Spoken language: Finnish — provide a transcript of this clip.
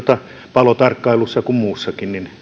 palotarkkailussa kuin muussakin siinä mielessä